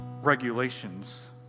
regulations